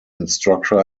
instructor